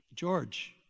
George